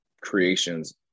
creations